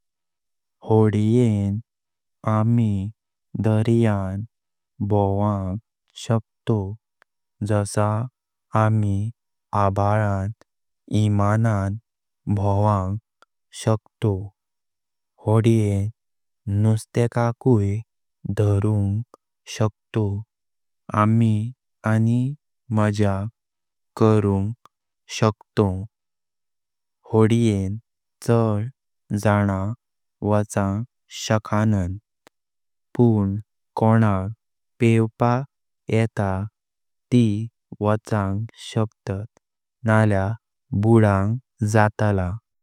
होद्यान आम्ही दार्यान भोंवंग शकतोव जासा आम्ही आभलान इमानान भोंवंग शकतोव। होद्यान नुस्थ्याकाय धारुंग शकतोव आम्ही आणी माझ्या कारुं शकतोव। होद्यान छड जना वाचंग शकनां। पण कोनाक पेवपाक येता तित वाचंग शकतात नाल्या बुडलां जातला।